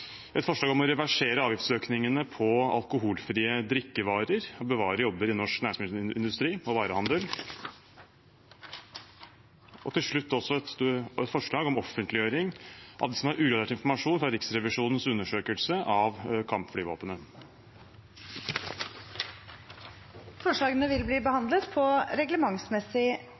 et forslag om å reversere avgiftsøkningene på alkoholfrie drikkevarer og bevare jobber i norsk næringsmiddelindustri og varehandel. Til slutt vil jeg fremme et forslag om offentliggjøring av det som er ugradert informasjon fra Riksrevisjonens undersøkelse av kampflyvåpenet. Forslagene vil bli behandlet på reglementsmessig